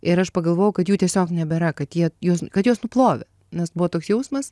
ir aš pagalvojau kad jų tiesiog nebėra kad jie juos kad juos nuplovė nes buvo toks jausmas